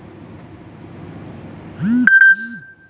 and um